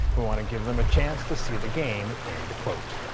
we want to give them a chance to see the game end quote.